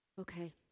Okay